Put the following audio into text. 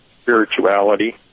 spirituality